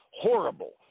horrible